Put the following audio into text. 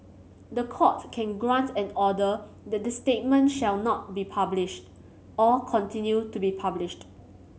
the Court can grant an order that the statement shall not be published or continue to be published